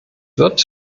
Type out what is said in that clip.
wird